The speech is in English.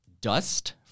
dust